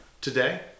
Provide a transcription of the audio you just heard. today